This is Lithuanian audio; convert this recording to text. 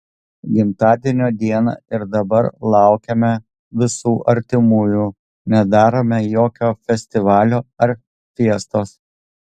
gimtadienio dieną ir dabar laukiame visų artimųjų nedarome jokio festivalio ar fiestos